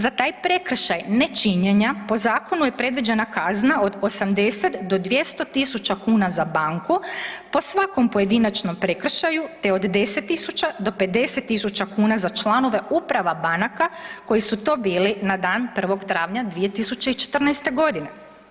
Za taj prekršaj nečinjenja po zakonu je predviđena kazna od 80 do 200.000 kuna za banku po svakom pojedinačnom prekršaju te od 10.000 do 50.000 kuna za članove uprava banaka koji su to bili na dan 1. travnja 2014. godine.